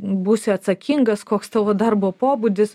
būsi atsakingas koks tavo darbo pobūdis